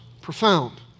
profound